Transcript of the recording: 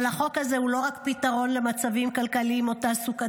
אבל החוק הזה הוא לא רק פתרון למצבים כלכליים או תעסוקתיים,